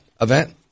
event